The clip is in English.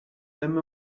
them